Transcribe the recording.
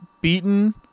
beaten